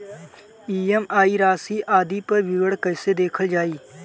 EMI राशि आदि पर विवरण कैसे देखल जाइ?